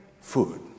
food